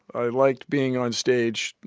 i liked being onstage,